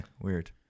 Weird